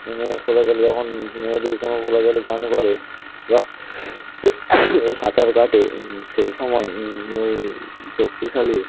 এইভাবে খোলা জলে যখন নদীর কোনও খোলা জলে স্নান করে বা সাঁতার কাটে সেই সময় ওই শক্তিশালী